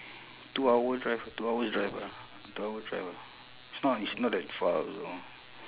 two hour drive two hours drive ah two hour drive ah it's not it's not that far also